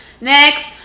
Next